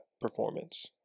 performance